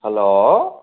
hello